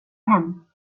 hem